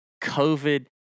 COVID